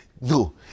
no